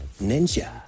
ninja